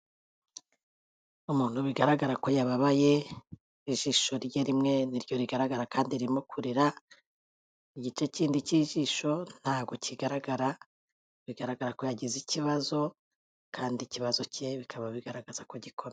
Umuntu bigaragara ko yababaye ijisho rye rimwe niryo rigaragara kandi ririmo kurira, igice kindi cy'ijisho ntabwo kigaragara bigaragara ko yagize ikibazo kandi ikibazo cye bikaba bigaragaza ko gikomeye.